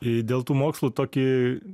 jei dėl tų mokslų tokį